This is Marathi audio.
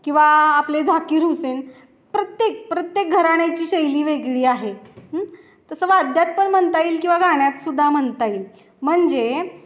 किंवा आपले झाकीर हुसेन प्रत्येक प्रत्येक घराण्याची शैली वेगळी आहे तसं वाद्यात पण म्हणता येईल किंवा गाण्यातसुद्धा म्हणता येईल म्हणजे